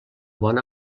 bona